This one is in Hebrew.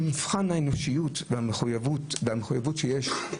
מבחן האנושיות והמחויבות שיש,